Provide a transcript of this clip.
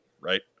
right